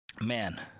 man